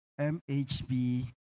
MHB